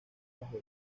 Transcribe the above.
bajo